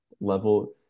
level